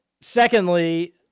Secondly